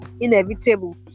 inevitable